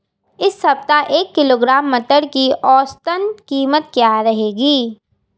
इस सप्ताह एक किलोग्राम मटर की औसतन कीमत क्या रहेगी?